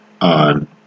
on